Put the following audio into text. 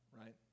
right